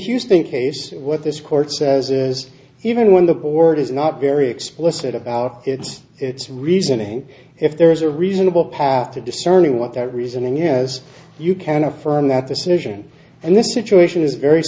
think case what this court says is even when the board is not very explicit about it it's reasoning if there is a reasonable path to discerning what that reason has you can affirm that decision and this situation is very